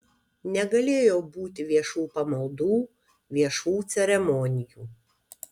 negalėjo būti viešų pamaldų viešų ceremonijų